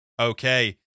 Okay